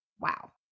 Wow